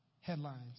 headlines